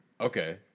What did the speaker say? Okay